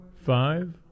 five